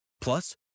Plus